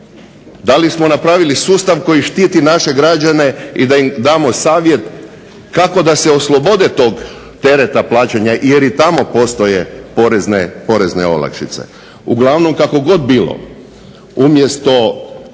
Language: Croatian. Da li smo napravili sustav koji štiti naše građane i da im damo savjet kako da se oslobode tog tereta plaćanja jer i tamo postoje porezne olakšice. Uglavnom, kako god bilo umjesto